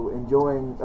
enjoying